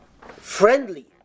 friendly